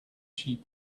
sheep